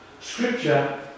scripture